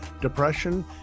depression